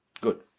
Good